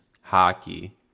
hockey